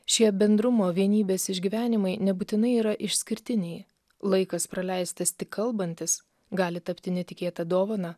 šie bendrumo vienybės išgyvenimai nebūtinai yra išskirtiniai laikas praleistas tik kalbantis gali tapti netikėta dovana